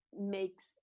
makes